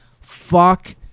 fuck